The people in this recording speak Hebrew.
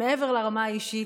מעבר לרמה האישית,